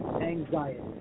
anxiety